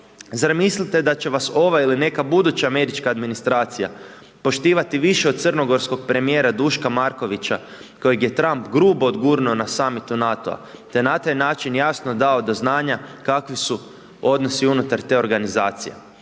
Zar mislite da će vas ova ili neka buduća američka administracija poštivati više od crnogorskog premijera Duška Markovića kojeg je Trump grubo odgurnuo na Summitu NATO-a te na taj način jasno dao do znanja kakvi su odnosi unutar te organizacije?